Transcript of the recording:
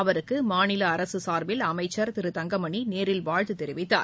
அவருக்கு மாநில அரசு சார்பில் அமைச்சர் திரு தங்கமணி நேரில் வாழ்த்து தெரிவித்தார்